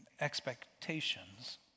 expectations